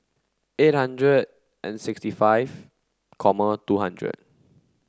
eight hundred and sixty five comma two hundred